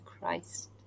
Christ